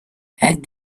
add